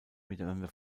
miteinander